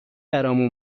برامون